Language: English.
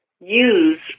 use